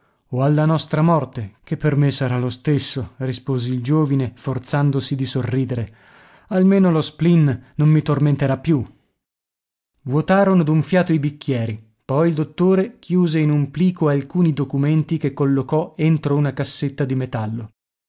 o alla nostra morte che per me sarà lo stesso rispose il giovine forzandosi di sorridere almeno lo spleen non mi tormenterà più vuotarono d'un fiato i bicchieri poi il dottore chiuse in un plico alcuni documenti che collocò entro una cassetta di metallo